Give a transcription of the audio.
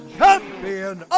champion